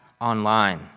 online